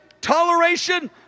toleration